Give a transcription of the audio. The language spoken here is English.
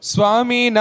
Swami